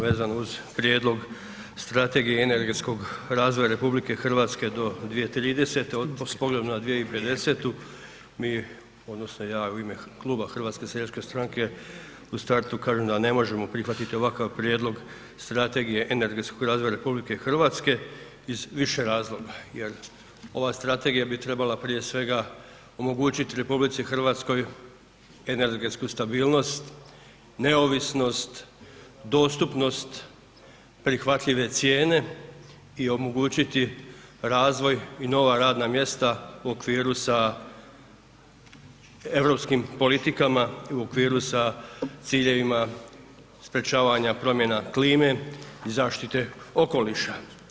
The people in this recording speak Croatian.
Vezano uz Prijedlog strategije energetskog razvoja RH do 2030. s pogledom na 2050. mi odnosno ja u ime kluba HSS-a u startu kažem da ne možemo prihvatiti ovakav Prijedlog strategije energetskog razvoja RH iz više razloga jer ova strategija bi trebala prije svega omogućiti RH energetsku stabilnost, neovisnost, dostupnost, prihvatljive cijene i omogućiti razvoj i nova radna mjesta u okviru sa europskim politikama i u okviru sa ciljevima sprečavanja promjena klime i zaštite okoliša.